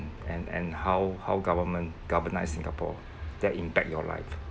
and and how how government governise singapore that impact your life